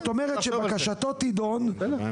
זאת אומרת שבקשתו תידון אחרי